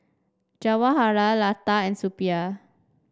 Jawaharlal Lata and Suppiah